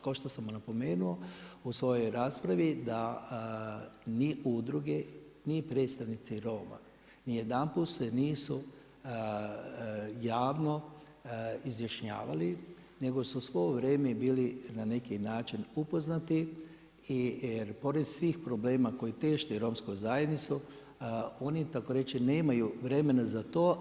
Kao što sam napomenuo u svojoj raspravi, da ni udruge, ni predstavnici Roma ni jedanput se nisu javno izjašnjavali, nego su svo ovo vrijeme bili na neki način upoznati, jer pored svih problema koje tišti romsku zajednicu, oni tako reći nemaju vremena za to.